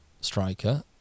striker